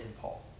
Paul